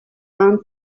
and